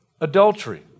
Adultery